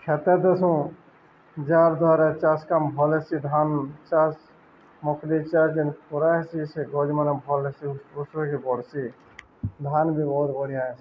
କ୍ଷେତେ ଦେସୁଁ ଯାହାଦ୍ୱାରା ଚାଷ୍ କାମ୍ ଭଲ୍ ହେସି ଧାନ୍ ଚାଷ୍ ମକ୍ଫୁଲି ଚାଷ୍ ଯେନ୍ କରାହେସି ସେ ଗଛ୍ମାନେ ଭଲ୍ ହେସି ଉତ୍କୃଷ୍ଟ ହେଇକି ବଢ଼୍ସି ଧାନ୍ ବି ବହୁତ୍ ବଢ଼ିଆ ହେସି